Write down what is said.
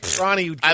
Ronnie